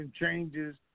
changes